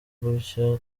gutya